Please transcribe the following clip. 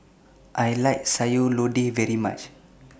I like Sayur Lodeh very much